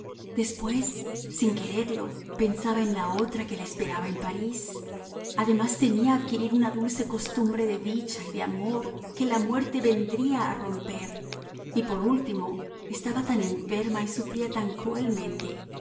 después sin quererlo pensaba en la otra que le esperaba en parís además temía adquirir una dulce costumbre de dicha y de amor que la muerte vendría a romper y por último estaba tan enferma y sufría tan cruelmente